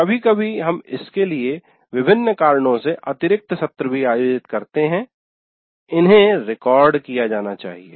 कभी कभी हम इसके लिए विभिन्न कारणों से अतिरिक्त सत्र भी आयोजित करते हैं इन्हें रिकॉर्ड किया जाना चाहिए